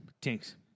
Tinks